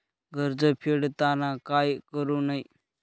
कर्ज फेडताना काय करु नये?